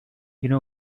know